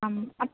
അ up